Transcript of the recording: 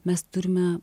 mes turime